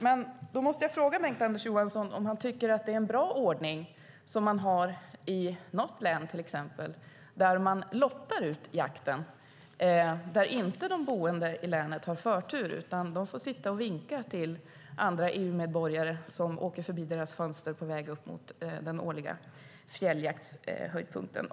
Jag måste ändå fråga Bengt-Anders Johansson om han tycker att det är en bra ordning som man har i något län där man lottar ut jakten och där de boende i länet inte har förtur utan får sitta och vinka till andra EU-medborgare som åker förbi deras fönster på väg upp till den årliga fjälljaktshöjdpunkten.